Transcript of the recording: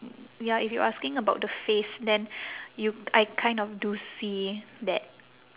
ya if you asking about the face then you I kind of do see that